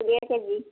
ଦେଢ଼ K G